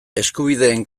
eskubideen